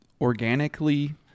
organically